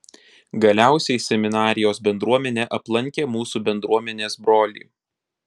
galiausiai seminarijos bendruomenė aplankė mūsų bendruomenės brolį